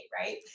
right